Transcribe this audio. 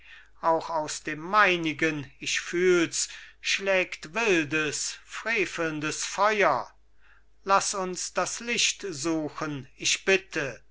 auch aus dem meinigen ich fühls schlägt wildes frevelndes feuer laß uns das licht suchen ich bitte